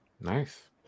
Nice